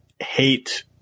hate